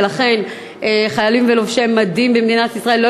ולכן חיילים ולובשי מדים במדינת ישראל לא